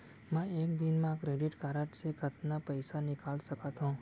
मैं एक दिन म क्रेडिट कारड से कतना पइसा निकाल सकत हो?